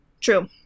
True